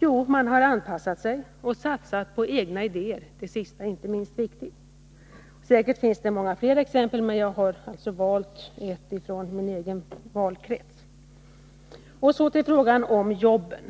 Jo, man har anpassat sig och satsat på egna idéer — det sista är inte minst viktigt. Säkert finns det fler exempel, men jag har valt ett från min valkrets. Så till frågan om jobben.